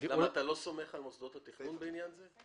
לא סומך על מוסדות התכנון בעניין הזה?